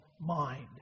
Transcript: mind